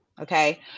Okay